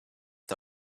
the